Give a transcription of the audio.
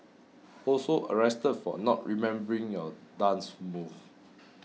also arrested for not remembering your dance moves